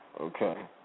Okay